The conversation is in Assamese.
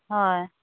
হয়